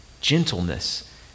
gentleness